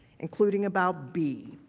including about b.